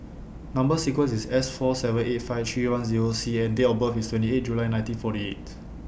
Number sequence IS S four seven eight five three one Zero C and Date of birth IS twenty eight July nineteen forty eight